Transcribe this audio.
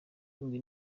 indwi